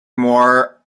more